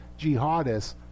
jihadists